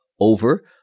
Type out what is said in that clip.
over